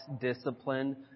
discipline